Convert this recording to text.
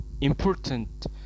important